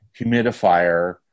humidifier